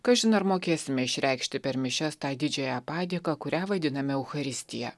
kažin ar mokėsime išreikšti per mišias tą didžiąją padėką kurią vadiname eucharistija